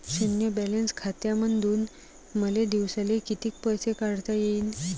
शुन्य बॅलन्स खात्यामंधून मले दिवसाले कितीक पैसे काढता येईन?